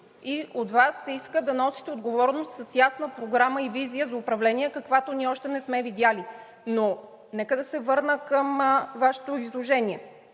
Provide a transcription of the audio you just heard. и от Вас се иска да носите отговорност с ясна програма и визия за управление, каквато ние още не сме видели. Но нека да се върна към Вашето изложение.